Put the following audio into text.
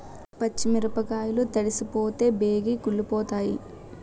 పచ్చి మిరపకాయలు తడిసిపోతే బేగి కుళ్ళిపోతాయి